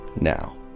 now